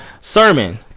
sermon